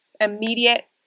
immediate